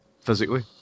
physically